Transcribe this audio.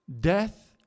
Death